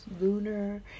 lunar